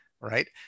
right